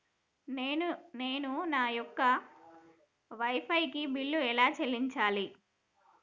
నేను నా యొక్క వై ఫై కి ఎలా బిల్లు చెల్లించాలి?